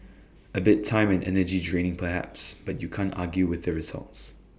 A bit time and energy draining perhaps but you can't argue with the results